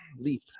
leap